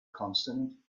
consonant